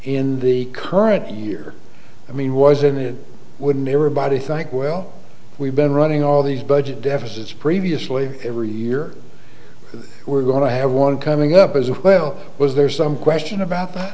in the current year i mean wasn't it would never body think well we've been running all these budget deficits previously every year we're going to have one coming up as well was there some question about that